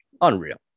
unreal